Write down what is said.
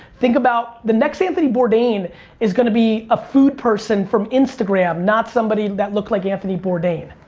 think about, the next anthony bourdain is gonna be a food person from instagram not somebody that looked like anthony bourdain.